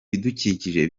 bidukikije